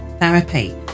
therapy